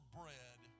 bread